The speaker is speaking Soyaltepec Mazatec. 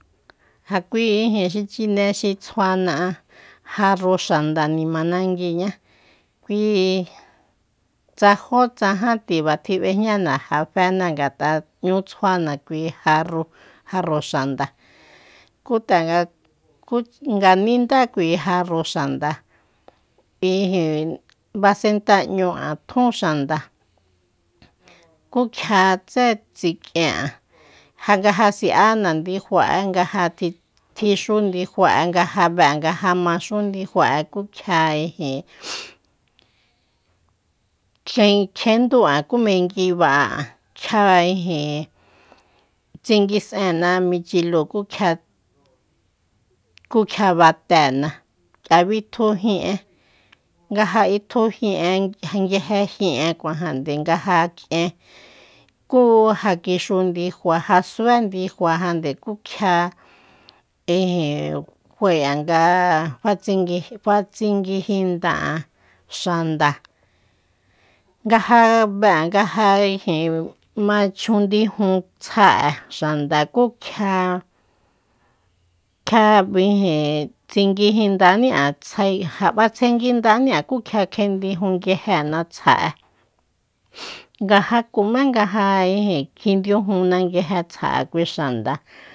Ja kui ijin xi chine xi tsjuana'an jarru xanda nima nanguiñá kui tsa jó tsa ján tiba tjib'ejñana ja fena ngata n'ñú tsjuana kui jarrúu- jarru xanda kú tanga nga nidá kui jarru xanda ijin baset'añu'an tjun xanda kú kjia tse tsikien'an ja nga si'ana ndifa'e nga ja tjixú ndifa'e nga ja be'an nga ja maxú ndifa'a kjia ijin kjen- kjendú'an ku menguiba'a'an kjia ijin tsiguis'én'na michilúu ku kjia- ku kjia baté'na kia bitju jín'e nga ja itju jin'e nguije jin'e kuajande nga ja k'ien kú ja kixu ndifa ja sjué ndifa jande ku kjia ijin fae'a nga faetsingui- fatsinguijinda'a xanda nga ja be'an nga ja ijin ma chjundijun tsja'e xanda kú kjia- kjia ijin tsinguijindani'an tsjae ja b'atsjenguindañ'a ku kjia kjendijun nguijena tsja'e nga ja kumá nga ja ijin jindiujuna nguje tsja'e kui xanda